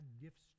gifts